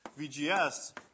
VGS